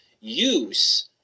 use